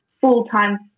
full-time